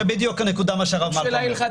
זו בדיוק הנקודה, מה שהרב מלכא אומר.